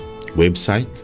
website